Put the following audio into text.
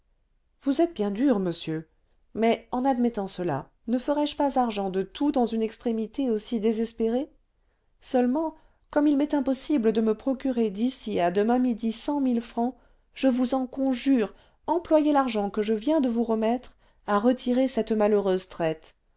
vous êtes bien dur monsieur mais en admettant cela ne ferai-je pas argent de tout dans une extrémité aussi désespérée seulement comme il m'est impossible de me procurer d'ici à demain midi cent mille francs je vous en conjure employez l'argent que je viens de vous remettre à retirer cette malheureuse traite